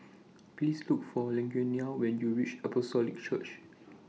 Please Look For Lugenia when YOU REACH Apostolic Church